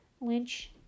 Lynch